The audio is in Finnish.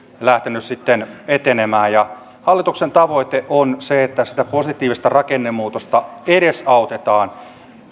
lähtenyt sitten etenemään hallituksen tavoite on se että sitä positiivista rakennemuutosta edesautetaan